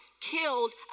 killed